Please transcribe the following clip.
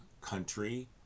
country